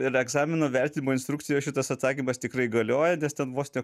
ir egzamino vertinimo instrukcijoj šitas atsakymas tikrai galioja nes ten vos ne